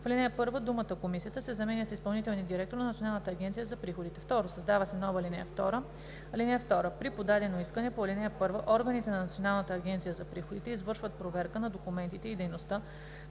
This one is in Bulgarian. В ал. 1 думата „Комисията“ се заменя с „изпълнителният директор на Националната агенция за приходите“. 2. Създава се нова ал. 2: „(2) При подадено искане по ал. 1 органите на Националната агенция за приходите извършват проверка на документите и дейността